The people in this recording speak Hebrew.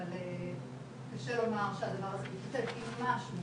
אבל קשה לומר שהדבר הזה מתכתב עם משהו